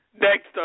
Next